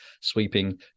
sweeping